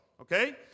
okay